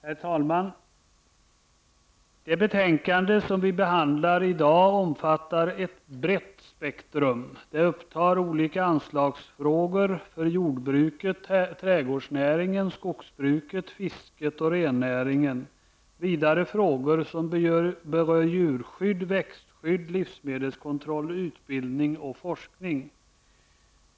Herr talman! Det betänkande som vi behandlar i dag omfattar ett brett spektrum. Det upptar olika anslagsfrågor för jordbruket, trädgårdsnäringen, skogsbruket, fisket och rennäringen. Vidare tas frågor om djurskyd, växtskydd, livsmedelskontroll, utbildning och forskning.